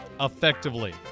effectively